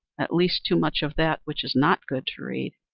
at least too much of that which is not good to read.